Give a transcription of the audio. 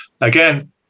again